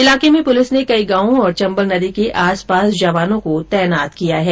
इलाके में पुलिस ने कई गांवों और चम्बल नदी के आस पास जवानों को तैनात किया गया है